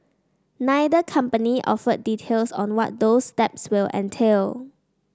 neither company offered details on what those steps will entail